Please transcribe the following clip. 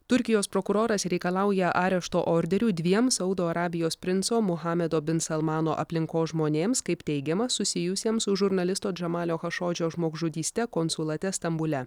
turkijos prokuroras reikalauja arešto orderių dviem saudo arabijos princo muhamedo bin salmano aplinkos žmonėms kaip teigiama susijusiems su žurnalisto džamalio chašodžio žmogžudyste konsulate stambule